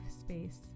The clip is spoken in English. space